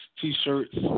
t-shirts